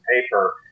paper